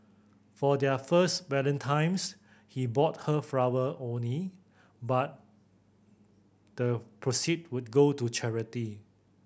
for their first he bought her flower only but the proceed would go to charity